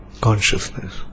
consciousness